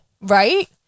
Right